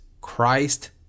Christ